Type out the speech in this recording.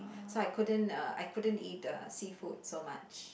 so I couldn't uh I couldn't eat uh seafood so much